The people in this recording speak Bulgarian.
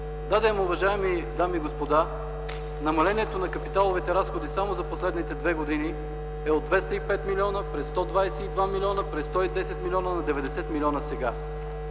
Да де, но, уважаеми дами и господа, намалението на капиталовите разходи само за последните две години е от 205 милиона, през 122 милиона, през 110 милиона, на 90 милиона сега.